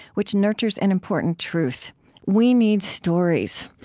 which nurtures an important truth we need stories.